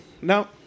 No